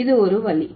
இது ஒரு வழி